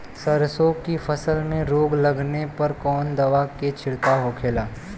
सरसों की फसल में रोग लगने पर कौन दवा के छिड़काव होखेला?